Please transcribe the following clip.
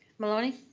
maloney?